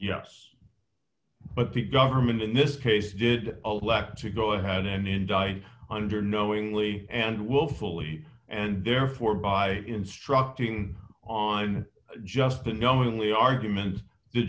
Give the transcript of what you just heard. yes but the government in this case did a lap to go ahead and in died under knowingly and willfully and therefore by instructing on just the numbingly arguments the